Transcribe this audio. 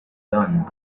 done